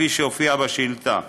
כפי שהופיע בשאילתה,